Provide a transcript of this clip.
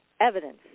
Evidence